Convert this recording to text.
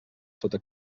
sota